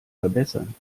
verbessern